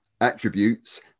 attributes